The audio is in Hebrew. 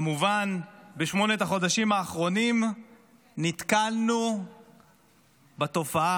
כמובן, בשמונת החודשים האחרונים נתקלנו בתופעה.